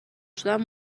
شدم